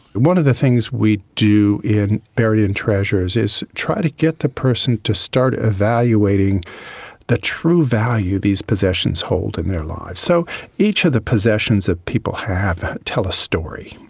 one of the things we do in buried in treasures is try to get the person to start ah evaluating the true value these possessions hold in their lives. so each of the possessions that people have tell a story.